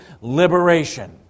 liberation